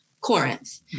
Corinth